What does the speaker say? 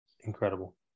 Incredible